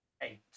eight